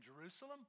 Jerusalem